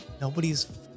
nobody's